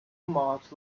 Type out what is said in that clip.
monks